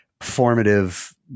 formative